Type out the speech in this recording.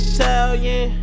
Italian